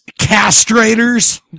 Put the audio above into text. castrators